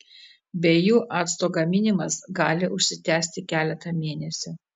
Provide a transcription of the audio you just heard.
be jų acto gaminimas gali užsitęsti keletą mėnesių